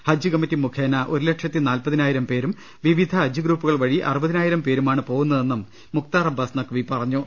ഹജ്ജ് committee മുഖേന ഒരു ലക്ഷത്തി നാൽപതിനായിരം പേരും വിവിധ ഹജ്ജ് ഗ്രൂപ്പുകൾ വഴി അറുപതിനായിരം പേരുമാണ് പോകുന്നതെന്നും മുഖ്താർ അബ്ബാസ് നഖ്വി പറഞ്ഞു